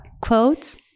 quotes